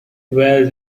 well